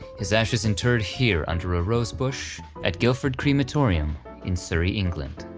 his ashes interred here under a rosebush at guildford crematorium in surrey england.